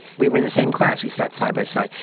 we were in the same class. we sat side by side.